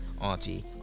auntie